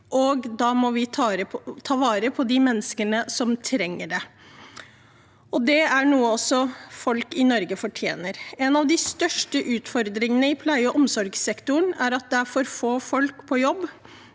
og da må vi ta vare på de menneskene som trenger det. Det er noe også folk i Norge fortjener. En av de største utfordringene i pleie- og omsorgssektoren er at det er for få folk på jobb.